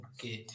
Okay